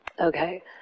Okay